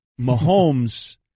Mahomes